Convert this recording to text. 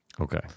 Okay